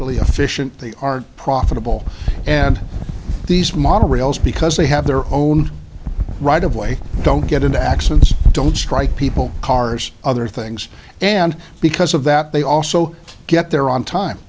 efficient they are profitable and these model rails because they have their own right of way don't get into accidents don't strike people cars other things and because of that they also get there on time